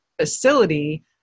facility